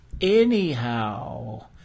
Anyhow